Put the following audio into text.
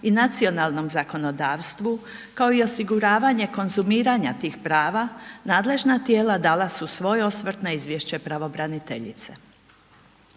i nacionalnom zakonodavstvu kao i osiguravanje konzumiranja tih prava, nadležna tijela dala su svoj osvrt na izvješće pravobraniteljice.